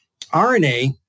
RNA